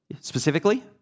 Specifically